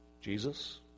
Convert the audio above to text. Jesus